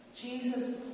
Jesus